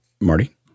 Marty